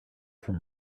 from